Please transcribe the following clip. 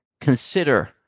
Consider